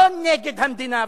לא נגד המדינה,